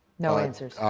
no answers?